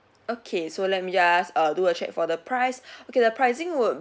okay so let me just err do a check for the price okay the pricing would